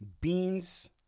beans